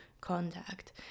contact